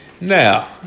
Now